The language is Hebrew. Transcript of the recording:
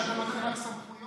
למשל מצלמת גוף,